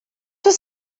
was